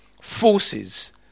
forces